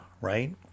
right